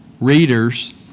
readers